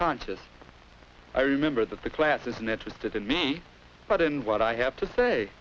conscious i remember that the class isn't interested in me but in what i have to say